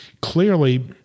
clearly